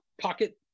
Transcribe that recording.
pocket